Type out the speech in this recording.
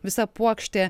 visa puokštė